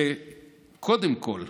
שאוכלוסיות